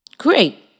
Great